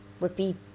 repeat